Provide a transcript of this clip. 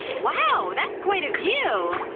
wow, that's quite a view!